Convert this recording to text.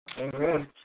Amen